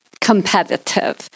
competitive